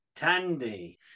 Tandy